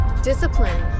discipline